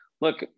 look